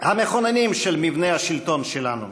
המכוננים של מבנה השלטון שלנו.